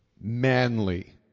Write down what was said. manly